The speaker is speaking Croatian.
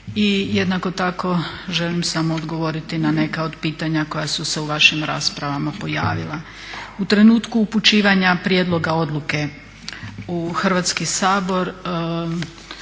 jednako tako želim samo odgovoriti na neka od pitanja koja su se u vašim raspravama pojavila. U trenutku upućivanja prijedloga odluke u Hrvatski sabor